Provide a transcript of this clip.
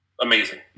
amazing